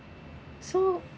so